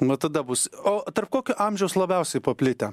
va tada bus o tarp kokio amžiaus labiausiai paplitę